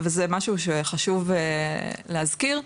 וזה משהו שחשוב להזכיר,